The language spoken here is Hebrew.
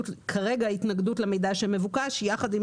כרגע ההתנגדות היא למידע שמבוקש אבל יחד עם